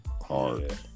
Hard